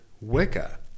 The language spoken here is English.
Wicca